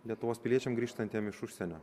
lietuvos piliečiam grįžtantiem iš užsienio